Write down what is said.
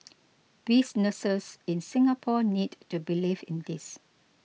businesses in Singapore need to believe in this